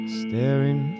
staring